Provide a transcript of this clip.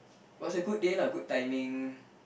was a good day lah good timing